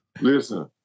Listen